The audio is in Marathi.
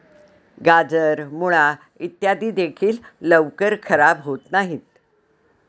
गाजर, मुळा इत्यादी देखील लवकर खराब होत नाहीत